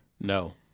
No